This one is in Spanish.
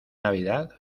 navidad